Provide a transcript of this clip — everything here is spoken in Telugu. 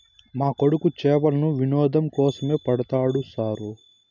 మా కొడుకు చేపలను వినోదం కోసమే పడతాడు సారూ